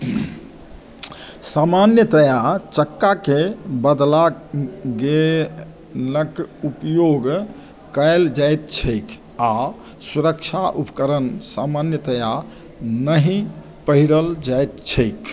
सामान्यतया चक्काके बदला गेनके उपयोग कएल जाइत छै आओर सुरक्षा उपकरण सामान्यतया नहि पहिरल जाइत छै